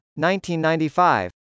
1995